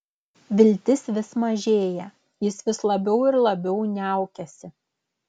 viltis vis mažėja jis vis labiau ir labiau niaukiasi